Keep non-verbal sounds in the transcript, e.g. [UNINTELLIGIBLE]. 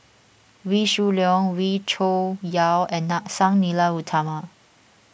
Wee Shoo Leong Wee Cho Yaw and [UNINTELLIGIBLE] Sang Nila Utama